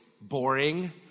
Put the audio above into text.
boring